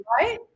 Right